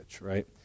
right